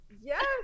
Yes